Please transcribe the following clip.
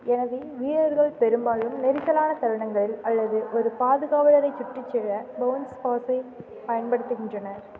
எனவே வீரர்கள் பெரும்பாலும் நெரிசலான தருணங்களில் அல்லது ஒரு பாதுகாவலரைச் சுற்றி செல்ல பவுன்ஸ் பாஸைப் பயன்படுத்துகின்றனர்